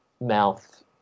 mouth